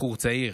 בחור צעיר,